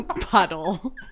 puddle